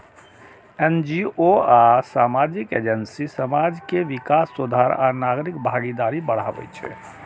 NGO आ सामाजिक agency समाज के विकास, सुधार आ नागरिक भागीदारी बढ़ाबै छै